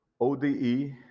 ODE